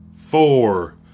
four